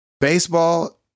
baseball